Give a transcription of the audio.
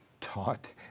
taught